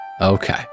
Okay